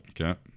Okay